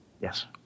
Yes